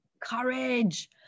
courage